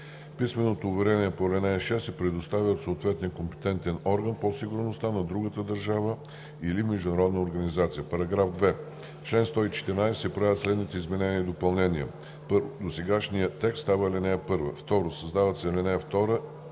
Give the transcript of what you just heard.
Писменото уверение по ал. 6 се предоставя от съответния компетентен орган по сигурността на другата държава или международната организация. § 2. В чл. 114 се правят следните изменения и допълнения: 1. Досегашният текст става ал. 1 2. Създават се ал. 2